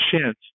chance